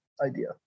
idea